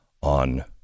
on